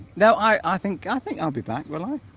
no i i think i think i'll be back really